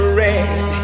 red